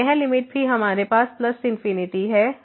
तो यह लिमिट भी हमारे पास इंफिनिटी है